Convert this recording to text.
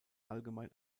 allgemein